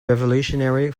revolutionary